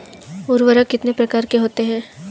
उर्वरक कितने प्रकार के होते हैं?